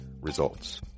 results